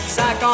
50